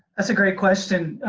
that's a great question.